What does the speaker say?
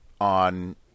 on